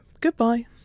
Goodbye